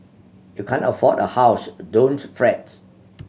if you can't afford a house don't fret